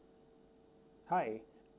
hi